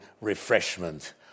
refreshment